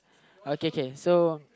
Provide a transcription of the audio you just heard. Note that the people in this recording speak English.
uh okay okay so